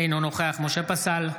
אינו נוכח משה פסל,